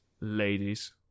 ladies